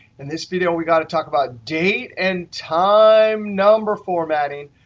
in this video, we got to talk about date and time number formatting,